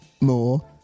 More